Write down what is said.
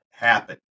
happen